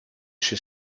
she